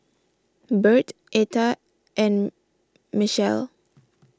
Birt Etta and Michelle